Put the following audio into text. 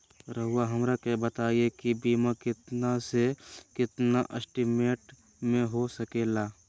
रहुआ हमरा के बताइए के बीमा कितना से कितना एस्टीमेट में हो सके ला?